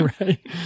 right